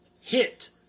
hit